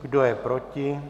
Kdo je proti?